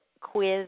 Quiz